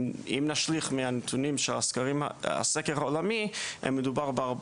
אם נשליך מהנתונים של הסקר העולמי מדובר,